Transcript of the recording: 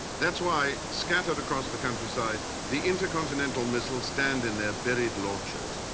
that's why scattered across the countryside the intercontinental missiles stand in their buried launchers.